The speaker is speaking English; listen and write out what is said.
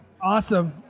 Awesome